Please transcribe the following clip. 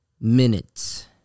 minutes